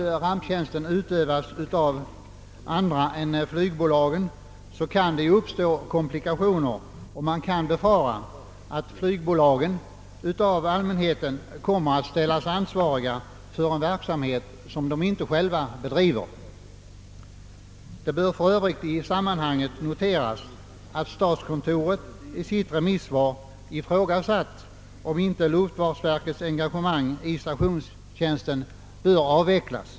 Om ramptjänsten skall skötas av andra än flygbolagen kan det uppstå komplikationer och man kan befara att flygbolagen av allmänheten kommer att ställas ansvariga för en verksamhet som de inte själva bedriver. I detta sammanhang är även att notera att statskontoret i sitt remissvar ifrågasatt om inte luftfartsverkets engagemang i stationstjänsten bör avvecklas.